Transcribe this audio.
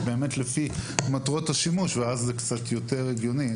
באמת לפי מטרות השימוש ואז זה קצת יותר הגיוני.